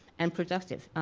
and productive.